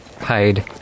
hide